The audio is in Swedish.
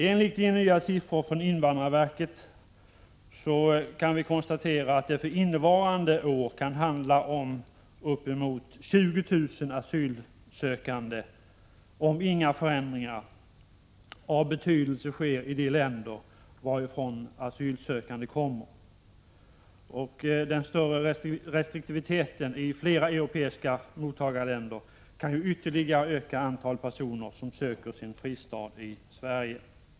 Enligt nya siffror från invandrarverket kan vi konstatera att det för innevarande år kanske kommer att handla om uppemot 20 000 asylsökande om inga förändringar av betydelse sker i de länder varifrån asylsökande kommer. Den större restriktiviteten i flera europeiska mottagarländer kan ytterligare öka antalet personer som söker sin fristad i Sverige.